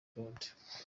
claude